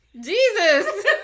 Jesus